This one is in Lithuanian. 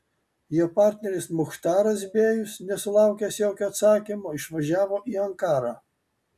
jo partneris muchtaras bėjus nesulaukęs jokio atsakymo išvažiavo į ankarą